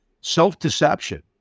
self-deception